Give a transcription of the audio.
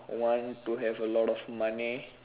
one to have a lot of money